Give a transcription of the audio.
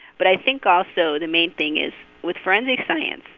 but i think, also, the main thing is with forensic science,